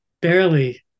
barely